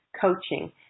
coaching